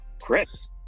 Chris